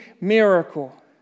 miracle